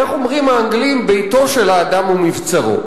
איך אומרים האנגלים, ביתו של האדם הוא מבצרו.